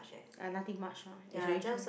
uh nothing much ah it's really